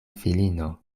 filino